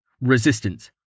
Resistance